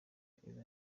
izo